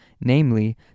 namely